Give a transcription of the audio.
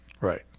right